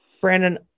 Brandon